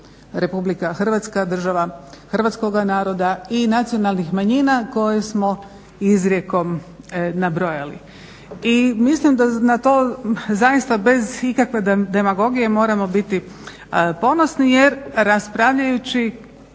ugradili da je RH država hrvatskoga naroda i nacionalnih manjina koje smo izrijekom nabrojali. I mislim da na to zaista bez ikakve demagogije moramo biti ponosni jer raspravljajući